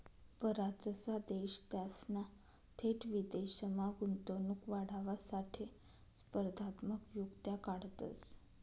बराचसा देश त्यासना थेट विदेशमा गुंतवणूक वाढावासाठे स्पर्धात्मक युक्त्या काढतंस